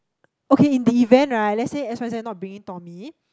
okay in the event right let's say X_Y_Z not bringing Tommy